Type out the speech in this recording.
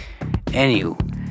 Anywho